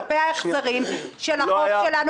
כלפי החזרים של החוב שלנו.